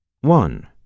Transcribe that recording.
One